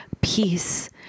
peace